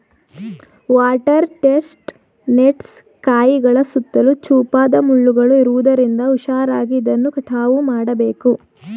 water chestnuts ಕಾಯಿಗಳ ಸುತ್ತಲೂ ಚೂಪಾದ ಮುಳ್ಳುಗಳು ಇರುವುದರಿಂದ ಹುಷಾರಾಗಿ ಇದನ್ನು ಕಟಾವು ಮಾಡಬೇಕು